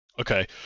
Okay